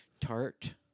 tart